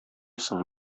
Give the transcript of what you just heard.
соң